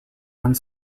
one